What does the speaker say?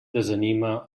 desanima